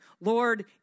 Lord